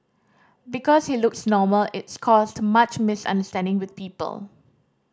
because he looks normal it's caused much misunderstanding with people